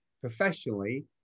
professionally